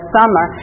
summer